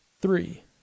Three